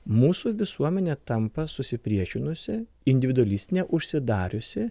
mūsų visuomenė tampa susipriešinusi individualistinė užsidariusi